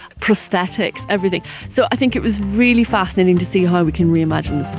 prosthetics, everything. so i think it was really fascinating to see how we can reimagine